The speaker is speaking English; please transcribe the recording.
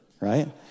right